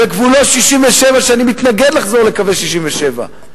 בגבולות 67'. ואני מתנגד לחזרה לגבולות 67',